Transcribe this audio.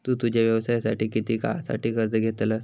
तु तुझ्या व्यवसायासाठी किती काळासाठी कर्ज घेतलंस?